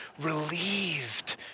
relieved